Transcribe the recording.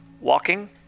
Walking